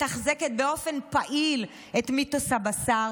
מתחזקת באופן פעיל את מיתוס הבשר,